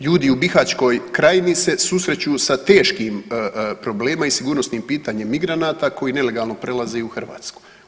Ljudi u Bihaćkoj krajini se susreću sa teškim problemima i sigurnosnim pitanjem migranata koji nelegalno prelazi u Hrvatsku.